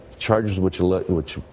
charges which, like which,